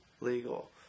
legal